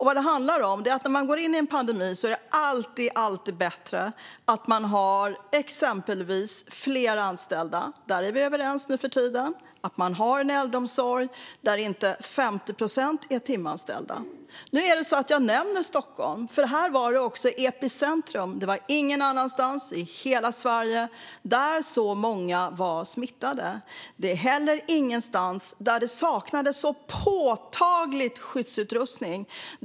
Vad det handlar om är att det när man går in i en pandemi alltid är bättre att ha exempelvis fler anställda - där är vi överens nu för tiden - och att man har en äldreomsorg där inte 50 procent är timanställda. Jag nämner Stockholm för att det var epicentrum. Ingen annanstans i Sverige blev så många smittade, och ingen annanstans saknades det så påtagligt skyddsutrustning.